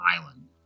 island